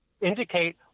indicate